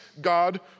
God